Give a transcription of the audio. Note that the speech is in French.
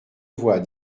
voit